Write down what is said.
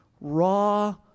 raw